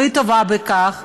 והיא טובה בכך,